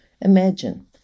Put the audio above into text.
Imagine